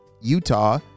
Utah